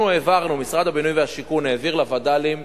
משרד הבינוי והשיכון העביר לווד"לים